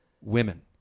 Women